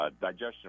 digestion